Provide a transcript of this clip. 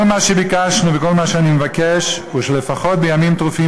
כל מה שביקשנו וכל מה שאני מבקש הוא שלפחות בימים טרופים